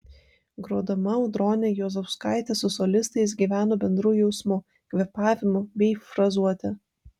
grodama audronė juozauskaitė su solistais gyveno bendru jausmu kvėpavimu bei frazuote